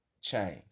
change